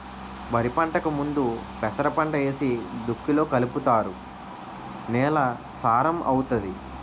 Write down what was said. వరిపంటకు ముందు పెసరపంట ఏసి దుక్కిలో కలుపుతారు నేల సారం అవుతాది